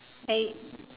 I